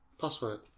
Password